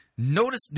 Notice